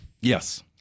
Yes